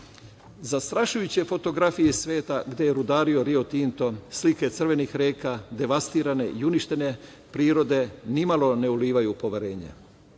Tinta. Zastrašujuće fotografije iz sveta gde je rudario Rio Tinto, slike crvenih reka, devastirane i uništene prirode nimalo ne ulivaju poverenja,